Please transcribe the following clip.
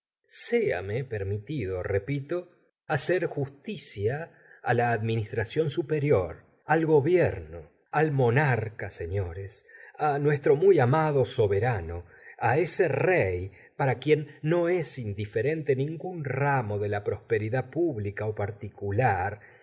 el vuestro séame permitido repito hacer justicia la admi nistración superior al gobierno al monarca señores nuestro muy amado soberano ese rey para quien no es indiferente ningún ramo de la prosperidad pública particular